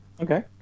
Okay